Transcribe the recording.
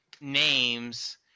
names